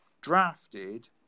drafted